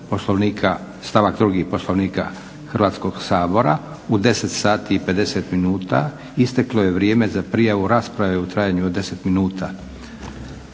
stavak 2. Poslovnika Hrvatskog sabora u 10,50 isteklo je vrijeme za prijavu rasprave u trajanju od 10 minuta.